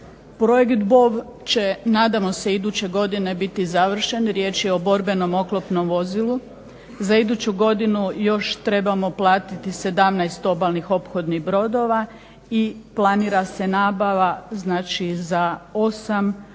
razumije./… će nadamo se iduće godine biti završen, riječ je o borbenom oklopnom vozilu. Za iduću godinu još trebamo platiti 17 obalnih ophodnih brodova i planira se nabava znači za